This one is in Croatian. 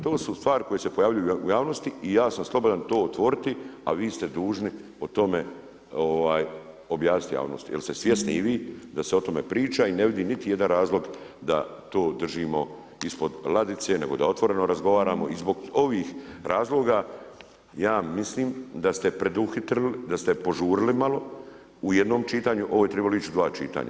To su stvari koje se pojavljuju u javnosti i ja sam slobodan to otvoriti, a vi ste dužni po tome objasnit javnosti, jer ste svjesni i vi da se o tome priča i ne vidim niti jedan razlog da to držimo ispod ladice, nego da otvoreno razgovaramo i zbog ovih razloga ja mislim da ste preduhitrili, da ste požurili malo u jednom čitanju, ovo je trebalo ići u dva čitanja.